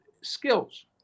skills